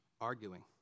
arguing